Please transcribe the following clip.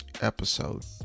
Episode